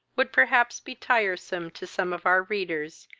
would perhaps be tiresome to some of our readers,